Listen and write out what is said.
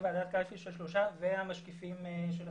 הכוונה שתהיה ועדת קלפי של שלושה והמשקיפים של הסיעות?